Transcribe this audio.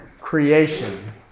creation